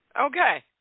okay